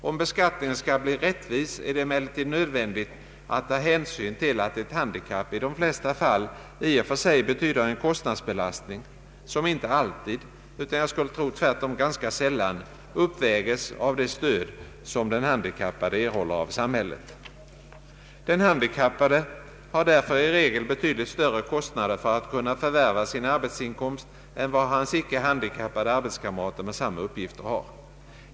Om beskattningen skall bli rättvis är det emellertid nödvändigt att ta hänsyn till att ett handikapp i de flesta fall i och för sig betyder en kostnadsbelastning som inte alltid — utan jag skulle tro tvärtom ganska sällan — uppväges av det stöd som den handikappade erhåller av samhället. Den handikappade har därför i regel betydligt större kostnader för att kunna förvärva sin arbetsinkomst än vad hans icke handikappade arbetskamrater med samma uppgifter har.